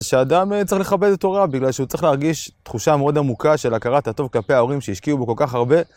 שאדם צריך לכבד את הוריו, בגלל שהוא צריך להרגיש תחושה מאוד עמוקה של הכרת הטוב כפי ההורים שהשקיעו בו כל כך הרבה.